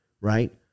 right